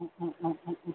ആ ആ ആ ആ ആ